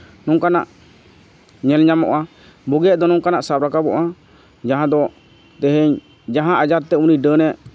ᱱᱚᱝᱠᱟᱱᱟᱜ ᱧᱮᱞ ᱧᱟᱢᱚᱜᱼᱟ ᱵᱩᱜᱤᱭᱟᱜ ᱫᱚ ᱱᱚᱝᱠᱟᱱᱟᱰ ᱥᱟᱵ ᱨᱟᱠᱟᱵᱚᱜᱼᱟ ᱡᱟᱦᱟᱸ ᱫᱚ ᱛᱮᱦᱤᱧ ᱡᱟᱦᱟᱸ ᱟᱡᱟᱨᱛᱮ ᱩᱱᱤ ᱰᱟᱹᱱᱮ